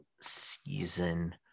Season